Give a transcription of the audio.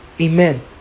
amen